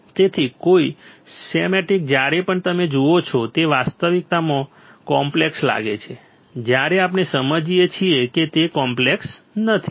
તેથી કોઈપણ સ્કેમેટિક જ્યારે પણ તમે જુઓ છો તે વાસ્તવિકતામાં કોમ્પ્લેક્સ લાગે છે જ્યારે આપણે સમજીએ છીએ કે તે કોમ્પ્લેક્સ નથી